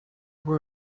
were